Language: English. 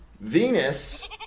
Venus